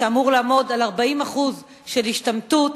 שאמור לעמוד על 40% של השתמטות,